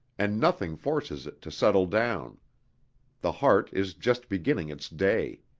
and nothing forces it to settle down the heart is just beginning its day.